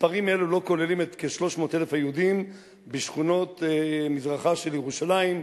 מספרים אלו לא כוללים את כ-300,000 היהודים בשכונות מזרחה של ירושלים,